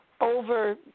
over